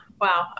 Wow